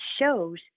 shows